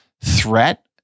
threat